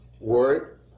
word